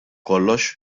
kollox